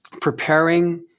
preparing